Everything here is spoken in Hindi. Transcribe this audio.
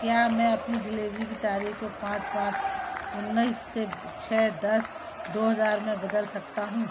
क्या मैं अपनी डिलेवरी की तारीख को पाँच पाँच उन्नीस से छः दस दो हज़ार में बदल सकता हूँ